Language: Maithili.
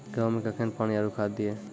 गेहूँ मे कखेन पानी आरु खाद दिये?